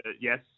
Yes